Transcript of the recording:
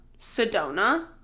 Sedona